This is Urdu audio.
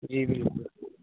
جی بالکل